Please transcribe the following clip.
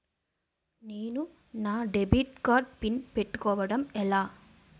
నేను నా debit card PIN పెట్టుకోవడం ఎలా?